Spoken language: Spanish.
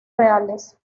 reales